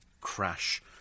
Crash